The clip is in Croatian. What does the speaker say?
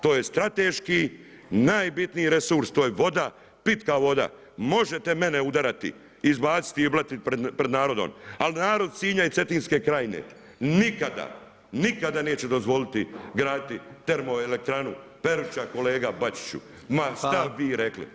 To je strateški najbitniji resurs, pitka voda, možete mene udarati, izbaciti i blatiti pred narodom, ali narod Sinja i Cetinske krajine nikada, nikada neće dozvoliti graditi termoelektranu Peruća, kolega Bačiću, ma šta vi rekli.